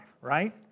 right